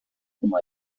como